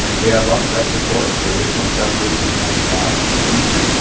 we have lots of extra ports for additional accessories and more pneumatic's in the future.